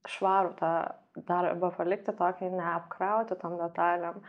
švarų tą darbą palikti tokį neapkrauti tom detalėm